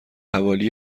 حوالی